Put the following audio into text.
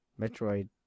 Metroid